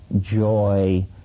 joy